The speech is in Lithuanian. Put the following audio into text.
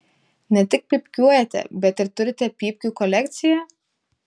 ne tik pypkiuojate bet ir turite pypkių kolekciją